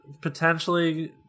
potentially